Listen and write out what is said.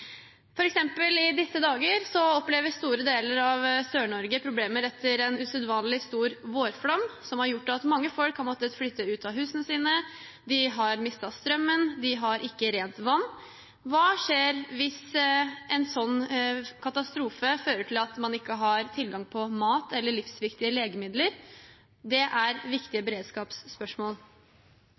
i hverdagen. For eksempel opplever store deler av Sør-Norge i disse dager problemer etter en usedvanlig stor vårflom som har gjort at mange folk har måttet flytte ut av huset sitt, de har mistet strømmen, de har ikke rent vann. Hva skjer hvis en sånn katastrofe fører til at man ikke har tilgang på mat eller livsviktige legemidler? Det er viktige beredskapsspørsmål.